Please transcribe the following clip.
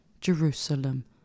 Jerusalem